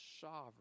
sovereign